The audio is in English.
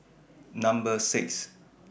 Number six